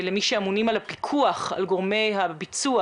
למי שאמונים על הפיקוח על גורמי הביצוע